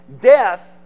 death